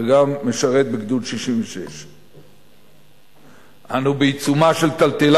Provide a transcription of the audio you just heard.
וגם משרת בגדוד 66. אנו בעיצומה של טלטלה